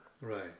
Right